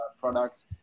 products